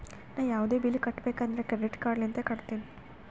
ನಾ ಯಾವದ್ರೆ ಬಿಲ್ ಕಟ್ಟಬೇಕ್ ಅಂದುರ್ ಕ್ರೆಡಿಟ್ ಕಾರ್ಡ್ ಲಿಂತೆ ಕಟ್ಟತ್ತಿನಿ